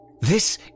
This